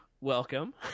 welcome